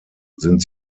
sind